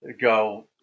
go